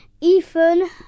Ethan